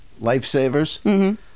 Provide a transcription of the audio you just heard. lifesavers